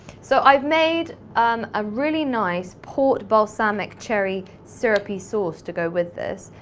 so i have made um a really nice port balsamic cherry syrup sauce to go with this.